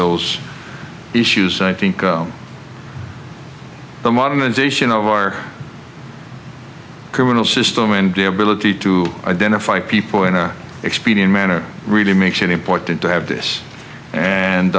those issues i think the modernization of our criminal system and the ability to identify people in a expedient manner really makes it important to have this and